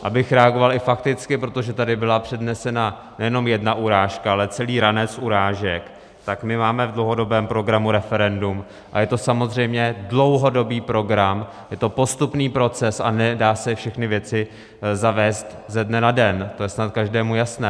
Abych reagoval i fakticky, protože tady byla přednesena nejenom jedna urážka, ale celý ranec urážek, tak my máme v dlouhodobém programu referendum a je to samozřejmě dlouhodobý program, je to postupný proces, a nedá se všechny věci zavést ze dne na den, to je snad každému jasné.